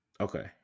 Okay